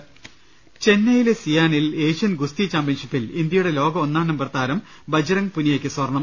്്്്്്് ചൈനയിലെ സിയാനിൽ ഏഷ്യൻ ഗുസ്തി ചാമ്പ്യൻഷിപ്പിൽ ഇന്ത്യ യുടെ ലോക ഒന്നാം നമ്പർ താരം ബജ്റങ് പുനിയയ്ക്ക് സ്വർണ്ണം